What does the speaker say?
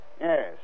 yes